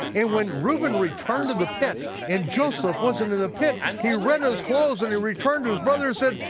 and when reuben returned to the pit, and joseph wasn't in the pit, he rent his clothes, and he returned to his brothers and said,